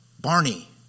Barney